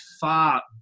far